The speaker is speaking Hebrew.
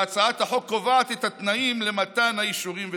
והצעת החוק קובעת את התנאים למתן האישורים ותוקפם.